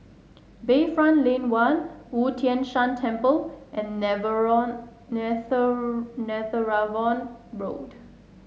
Bayfront Lane One Wu Tai Shan Temple and Netheravon Road